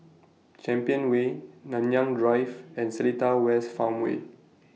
Champion Way Nanyang Drive and Seletar West Farmway